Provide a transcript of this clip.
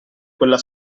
quella